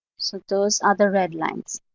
so those other red lines,